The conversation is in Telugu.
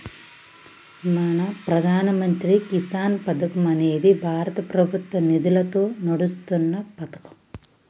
మన ప్రధాన మంత్రి కిసాన్ పథకం అనేది భారత ప్రభుత్వ నిధులతో నడుస్తున్న పతకం